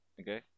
Okay